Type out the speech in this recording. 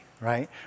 right